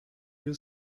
you